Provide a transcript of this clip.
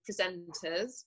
presenters